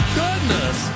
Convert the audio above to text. goodness